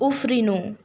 उफ्रिनु